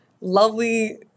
lovely